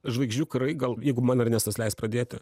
žvaigždžių karai gal jeigu man ernestas leis pradėti